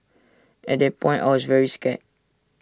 at that point I was very scared